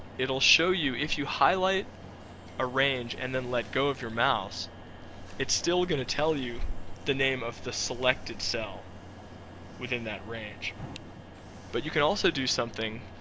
it'll show you if you highlight a range, and then let go of your mouse it's still going to tell you the name of the selected cell within that range but you can also do something